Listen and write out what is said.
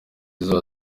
tizzo